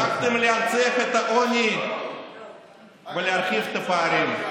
דאגתם להנציח את העוני ולהרחיב את הפערים.